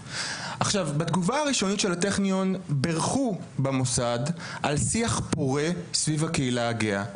בתגובה הראשונית של הטכניון ברכו במוסד על שיח פורה סביב הקהילה הגאה.